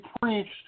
preached